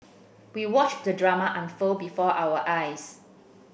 we watched the drama unfold before our eyes